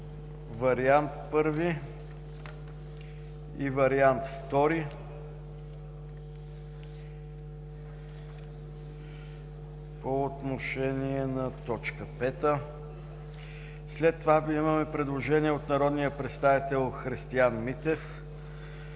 вариант І и вариант ІІ по отношение на т. 5. След това имаме предложение от народния представител Христиан Митев.